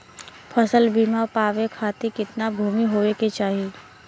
फ़सल बीमा पावे खाती कितना भूमि होवे के चाही?